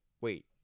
Wait